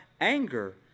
anger